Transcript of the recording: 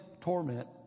torment